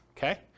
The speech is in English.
Okay